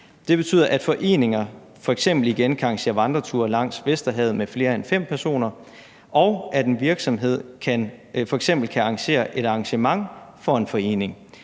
Det betyder, at foreninger f.eks. igen kan arrangere vandreture langs Vesterhavet med flere end 5 personer, og at en virksomhed f.eks. kan arrangere et arrangement for en forening.